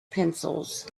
pencils